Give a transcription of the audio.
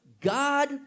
God